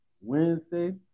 wednesday